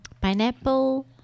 pineapple